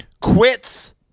Quits